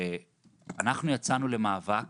שאנחנו יצאנו למאבק